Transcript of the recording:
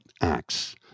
acts